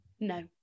No